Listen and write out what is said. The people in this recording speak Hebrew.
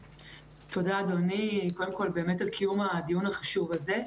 תודה, אדוני, קודם כול על קיום הדיון החשוב הזה.